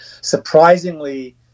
surprisingly